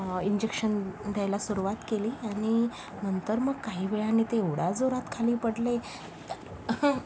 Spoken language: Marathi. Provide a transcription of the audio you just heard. इंजेक्शन द्यायला सुरुवात केली आणि नंतर मग काही वेळाने ते एवढे जोरात खाली पडले